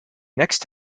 next